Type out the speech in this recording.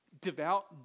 devout